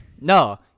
No